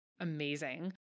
amazing